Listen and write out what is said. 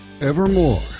Evermore